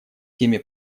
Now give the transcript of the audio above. теми